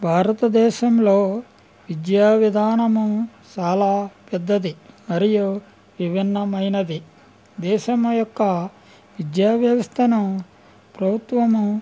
భారతదేశంలో విద్యా విధానము చాలా పెద్దది మరియు విభిన్నమైనది దేశము యొక్క విద్యా వ్యవస్థను ప్రభుత్వము